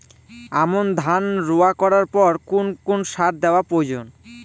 আমন ধান রোয়া করার পর কোন কোন সার দেওয়া প্রয়োজন?